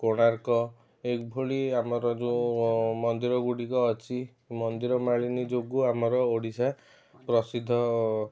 କୋଣାର୍କ ଏଇଭଳି ଆମର ଯେଉଁ ମନ୍ଦିର ଗୁଡ଼ିକ ଅଛି ମନ୍ଦିର ମାଳିନୀ ଯୋଗୁଁ ଆମର ଓଡ଼ିଶା ପ୍ରସିଦ୍ଧ